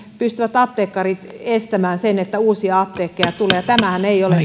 pystyvät apteekkarit estämään sen ettei uusia apteekkeja tule ja tämähän ei ole